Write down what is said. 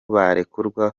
barekurwa